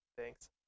thanks